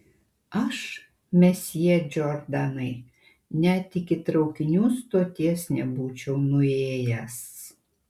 aš mesjė džordanai net iki traukinių stoties nebūčiau nuėjęs